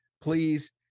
please